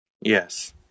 Yes